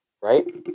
right